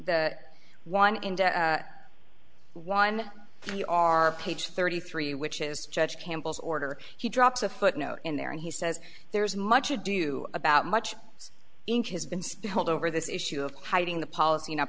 the one and juan you are page thirty three which is judge campbell's order he drops a footnote in there and he says there is much ado about much ink has been spilled over this issue of hiding the policy not